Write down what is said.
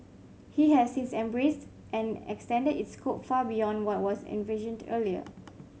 he has since embraced and extended its scope far beyond what was envisioned earlier